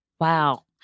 wow